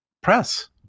press